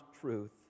Truth